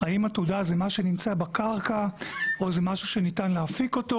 האם עתודה זה מה שנמצא בקרקע או זה משהו שניתן להפיק אותו